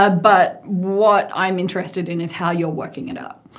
ah but what i'm interested in is how you're working it up.